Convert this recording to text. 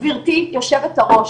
גבירתי יושבת הראש,